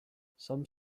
some